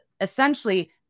essentially